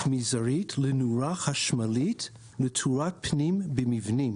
מזערית לנורה חשמלית לתאורת פנים במבנים)